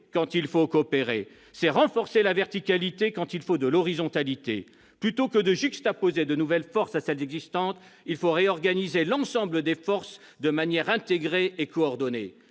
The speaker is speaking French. quand il faut coopérer ; c'est renforcer la verticalité quand il faut de l'horizontalité. Plutôt que de juxtaposer de nouvelles forces à celles existantes, il faut réorganiser l'ensemble des forces de manière intégrée et coordonnée.